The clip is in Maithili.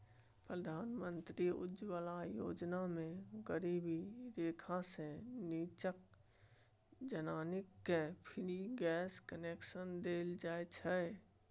प्रधानमंत्री उज्जवला योजना मे गरीबी रेखासँ नीच्चाक जनानीकेँ फ्री गैस कनेक्शन देल जाइ छै